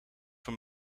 voor